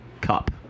Cup